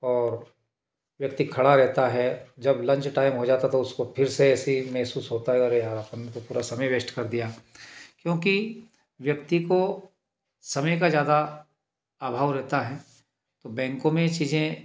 और व्यक्ति खड़ा रहता है जब लंच टाइम हो जाता है तो उसको फिर से ऐसे ही महसूस होता अरे यहाँ अपन को पूरा समय वेस्ट कर दिया क्योंकि व्यक्ति को समय का ज़्यादा अभाव रहता है तो बैंकों में चीज़ें